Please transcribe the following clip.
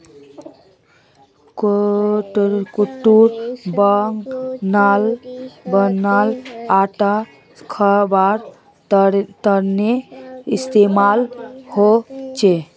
कुट्टूर बनाल आटा खवार तने इस्तेमाल होचे